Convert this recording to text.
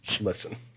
Listen